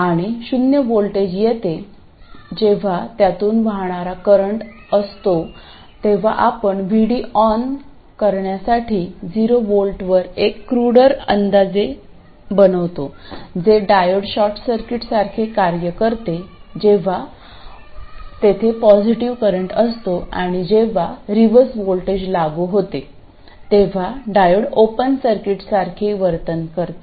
आणि शून्य व्होल्टेज येते जेव्हा त्यातून वाहणारा करंट असतो तेव्हा आपण VD ON करण्यासाठी 0V वर एक क्रूडर अंदाजे बनवितो जे डायऑड शॉर्ट सर्किटसारखे कार्य करते जेव्हा तेथे पॉझिटिव्ह करंटअसतो आणि जेव्हा रिव्हर्स व्होल्टेज लागू होते तेव्हा डायोड ओपन सर्किटसारखे वर्तन करते